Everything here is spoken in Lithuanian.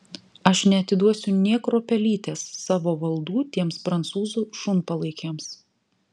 aš neatiduosiu nė kruopelytės savo valdų tiems prancūzų šunpalaikiams